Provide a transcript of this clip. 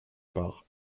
par